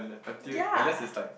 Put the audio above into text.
yea